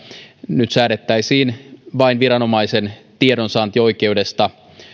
nyt säädettäisiin vain viranomaisen tiedonsaantioikeudesta